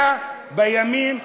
אתה בימין,